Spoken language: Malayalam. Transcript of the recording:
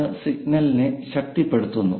അത് സിഗ്നലിനെ ശക്തിപ്പെടുത്തുന്നു